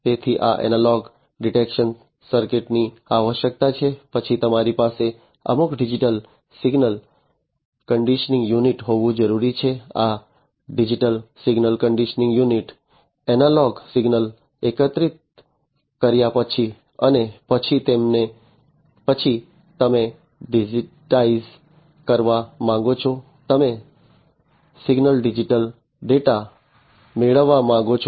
તેથી આ analog detection સર્કિટની આવશ્યકતા છે પછી તમારી પાસે અમુક ડિજિટલ સિગ્નલ કન્ડીશનીંગ યુનિટ હોવું જરૂરી છે આ ડિજિટલ સિગ્નલ કન્ડીશનીંગ યુનિટdigital signal conditioning unit એનાલોગ સિગ્નલએકત્રિત કર્યા પછી અને પછી તમે ડિજિટાઈઝ કરવા માંગો છો તમે સિગ્નલોમાંથી ડિજિટલ ડેટા મેળવવા માંગો છો